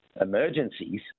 emergencies